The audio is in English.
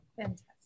Fantastic